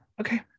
okay